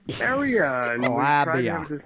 area